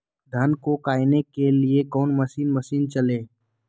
धन को कायने के लिए कौन मसीन मशीन चले?